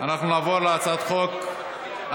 אנחנו נעבור להצעת החוק הבאה.